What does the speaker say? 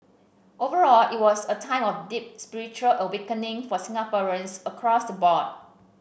overall it was a time of deep spiritual awakening for Singaporeans across the board